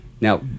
Now